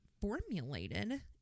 formulated